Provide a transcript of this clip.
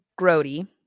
Grody